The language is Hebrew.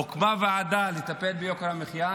הוקמה ועדה לטפל ביוקר המחיה.